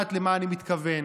יודעת למה אני מתכוון,